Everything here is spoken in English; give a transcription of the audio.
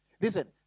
Listen